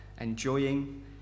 enjoying